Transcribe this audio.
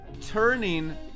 turning